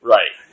Right